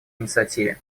инициативе